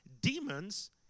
Demons